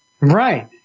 Right